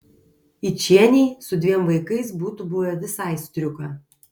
yčienei su dviem vaikais būtų buvę visai striuka